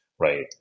right